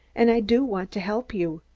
and i do want to help you.